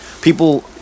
people